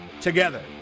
Together